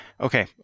Okay